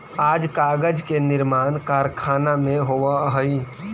आज कागज के निर्माण कारखाना में होवऽ हई